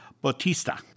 Bautista